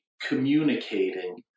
communicating